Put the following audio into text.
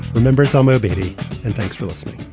remember some obeidi and thanks for listening